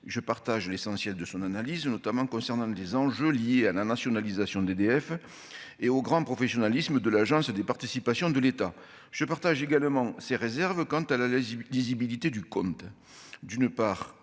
je partage l'essentiel de son analyse, notamment concernant les enjeux liés à la nationalisation d'EDF et au grand professionnalisme de l'Agence des participations de l'État, je partage également ses réserves quant à la la lisibilité du compte